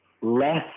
less